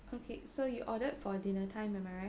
okay so you ordered for dinner time am I right